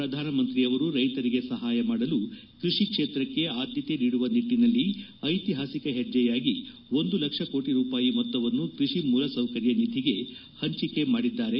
ಪ್ರಧಾನ ಮಂತ್ರಿಯವರು ರೈತರಿಗೆ ಸಹಾಯ ಮಾಡಲು ಕೃಷಿ ಕ್ಷೇತ್ರಕ್ಕೆ ಆದ್ದತೆ ನೀಡುವ ನಿಟ್ಟನಲ್ಲಿ ಐತಿಹಾಸಿಕ ಹೆಜ್ಜೆಯಾಗಿ ಒಂದು ಲಕ್ಷ ಕೋಟ ರೂಪಾಯಿ ಮೊತ್ತವನ್ನು ಕೃಷಿ ಮೂಲಸೌಕರ್ಯ ನಿಧಿಗೆ ಹಂಚಿಕೆ ಮಾಡಿದ್ದಾರೆ